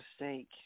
mistake